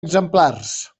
exemplars